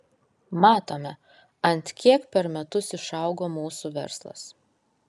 matome ant kiek per metus išaugo mūsų verslas